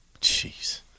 Jeez